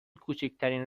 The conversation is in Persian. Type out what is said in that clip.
کوچکترین